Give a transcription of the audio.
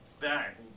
back